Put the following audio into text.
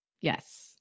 Yes